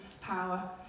power